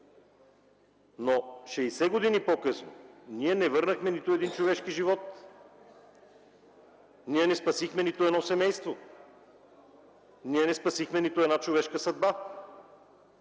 години по-късно ние не върнахме нито един човешки живот, ние не спасихме нито едно семейство, ние не спасихме нито една човешка съдба.